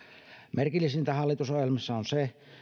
merkillisintä hallitusohjelmassa on se